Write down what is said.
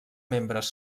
membres